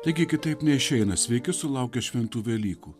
taigi kitaip neišeina sveiki sulaukę šventų velykų